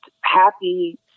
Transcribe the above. happy